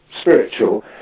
spiritual